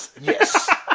Yes